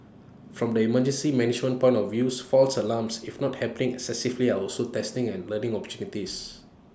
from the emergency management point of views false alarms if not happening excessively are also testing and learning opportunities